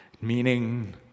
Meaning